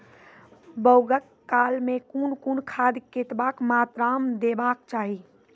बौगक काल मे कून कून खाद केतबा मात्राम देबाक चाही?